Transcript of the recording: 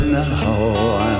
now